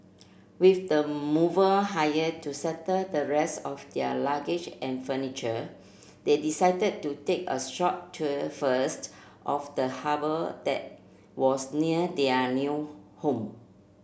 with the mover hired to settle the rest of their luggage and furniture they decided to take a short tour first of the harbour that was near their new home